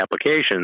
applications